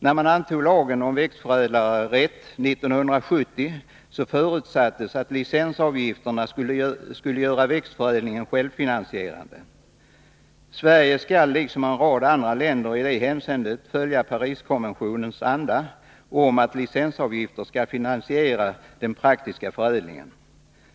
När man antog lagen om växtförädlarerätt 1970, så förutsattes att licensavgifterna skulle göra växtförädlingen självfinansierande. Sverige skall liksom en rad andra länder i det hänseendet följa Pariskonventionens anda — att licensavgifter skall finansiera den praktiska förädlingen.